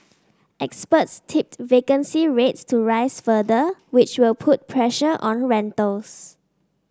experts tipped vacancy rates to rise further which will put pressure on rentals